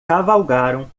cavalgaram